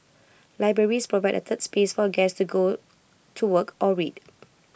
libraries provide A third space for A guest to go to work or read